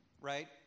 right